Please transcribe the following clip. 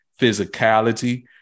physicality